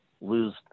lose